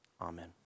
Amen